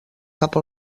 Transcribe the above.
cap